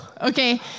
okay